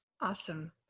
Awesome